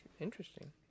Interesting